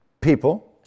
people